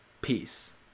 Peace